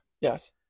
Yes